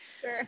sure